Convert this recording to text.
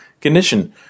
condition